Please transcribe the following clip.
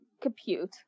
compute